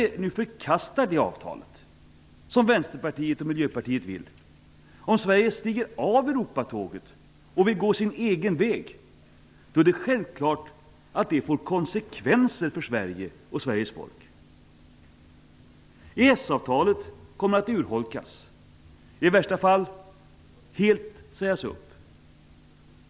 Om Sverige nu förkastar det avtalet, som Vänsterpartiet och Miljöpartiet vill, om Sverige stiger av Europatåget och vill gå sin egen väg är det självklart att det får konsekvenser för Sverige och Sveriges folk. EES-avtalet kommer att urholkas och i värsta fall helt sägas upp.